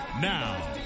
Now